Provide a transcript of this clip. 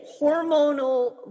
hormonal